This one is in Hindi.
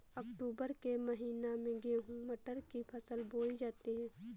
अक्टूबर के महीना में गेहूँ मटर की फसल बोई जाती है